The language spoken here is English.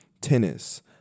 tennis